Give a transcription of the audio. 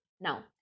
Now